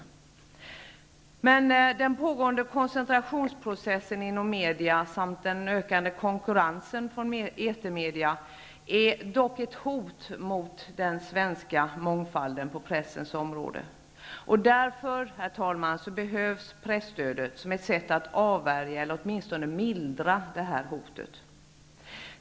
Den pågående koncentrationsprocessen inom media samt den ökande konkurrensen från etermedia är dock ett hot mot den svenska mångfalden på pressens område. Därför behövs presstödet som ett sätt att avvärja -- eller åtminstone mildra -- detta hot.